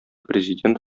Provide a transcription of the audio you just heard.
президент